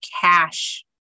cash